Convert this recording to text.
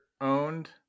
owned